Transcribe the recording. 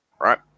Right